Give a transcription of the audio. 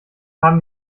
haben